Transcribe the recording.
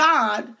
God